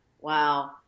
Wow